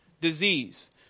Disease